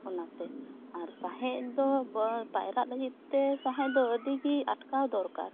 ᱚᱱᱟᱛᱮ ᱟᱨ ᱥᱟᱸᱦᱮᱫ ᱫᱚ ᱯᱟᱭᱨᱟᱜ ᱞᱟᱹᱜᱤᱫᱛᱮ ᱥᱟᱸᱦᱮᱫ ᱫᱚ ᱟᱹᱰᱤᱜᱮ ᱟᱴᱠᱟᱣ ᱫᱚᱨᱠᱟᱨ